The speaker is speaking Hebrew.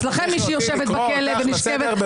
אל תכריחי אותי לקרוא אותך לסדר,